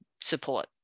support